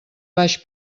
baix